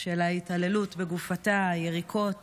של ההתעללות בגופתה, היריקות